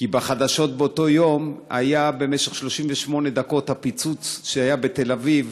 כי בחדשות באותו יום היה במשך 38 דקות הפיצוץ שהיה בתל-אביב,